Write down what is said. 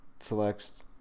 Selects